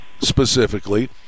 specifically